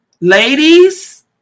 Ladies